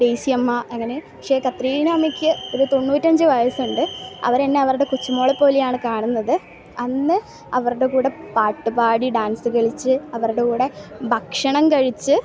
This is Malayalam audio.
ഡെയിസിയമ്മ അങ്ങനെ പക്ഷേ കത്രീനാമ്മക്ക് ഒരു തൊണ്ണൂറ്റഞ്ച് വയസ്സുണ്ട് അവരെന്നെ അവരുടെ കൊച്ച് മോളെ പോലെയാണ് കാണുന്നത് അന്ന് അവരുടെ കൂടെ പാട്ട് പാടി ഡാൻസ് കളിച്ച് അവരുടെ കൂടെ ഭക്ഷണം കഴിച്ച്